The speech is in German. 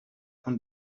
von